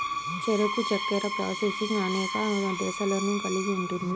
చెరకు చక్కెర ప్రాసెసింగ్ అనేక దశలను కలిగి ఉంటుంది